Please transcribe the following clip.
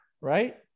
right